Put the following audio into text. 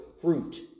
fruit